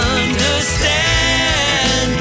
understand